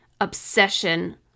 obsession